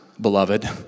beloved